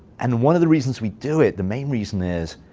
and one of the reasons we do it, the main reason is,